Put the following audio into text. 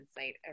insight